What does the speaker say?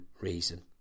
reason